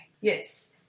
Yes